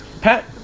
Pat